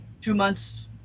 two-months